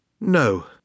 no